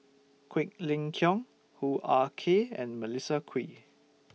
Quek Ling Kiong Hoo Ah Kay and Melissa Kwee